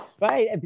Right